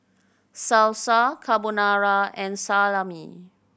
Salsa Carbonara and Salami